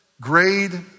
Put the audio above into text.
grade